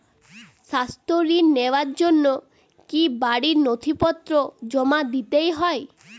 স্বাস্থ্য ঋণ নেওয়ার জন্য কি বাড়ীর নথিপত্র জমা দিতেই হয়?